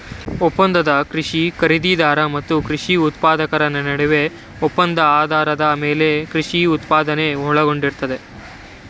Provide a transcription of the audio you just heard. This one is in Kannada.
ಒಪ್ಪಂದದ ಕೃಷಿ ಖರೀದಿದಾರ ಮತ್ತು ಕೃಷಿ ಉತ್ಪಾದಕರ ನಡುವಿನ ಒಪ್ಪಂದ ಆಧಾರದ ಮೇಲೆ ಕೃಷಿ ಉತ್ಪಾದನೆ ಒಳಗೊಂಡಿರ್ತದೆ